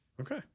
Okay